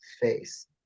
face